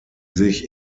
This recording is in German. sich